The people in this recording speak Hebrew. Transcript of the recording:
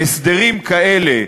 שהסדרים כאלה,